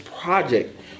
project